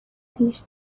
پیش